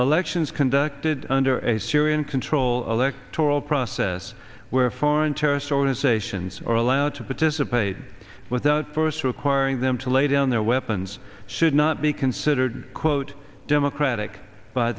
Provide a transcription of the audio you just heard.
elections conducted under a syrian control electoral process where foreign terrorist organizations are allowed to participate without first requiring them to lay down their weapons should not be considered quote democratic by